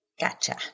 gotcha